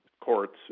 courts